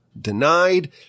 denied